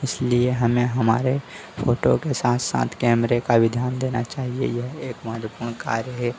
इसलिए हमें हमारे फोटो के साथ साथ कैमरे का भी ध्यान देना चाहिए यह एक महत्वपूर्ण कार्य है